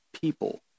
people